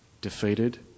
defeated